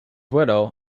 widow